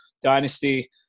dynasty